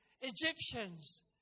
Egyptians